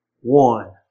one